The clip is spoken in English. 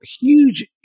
huge